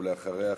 ואחריו,